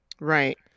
Right